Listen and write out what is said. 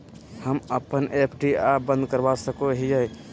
हम अप्पन एफ.डी आ बंद करवा सको हियै